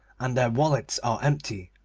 and their wallets are empty.